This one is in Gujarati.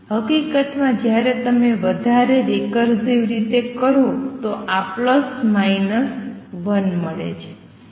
હકિકતમાં જ્યારે તમે વધારે રિકર્સિવ રીતે કરો તો આ પ્લસ માઇનસ 1 મળે છે